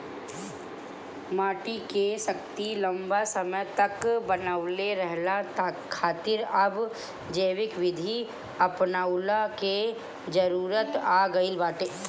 माटी के शक्ति लंबा समय तक बनवले रहला खातिर अब जैविक विधि अपनऊला के जरुरत आ गईल बाटे